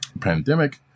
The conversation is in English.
pandemic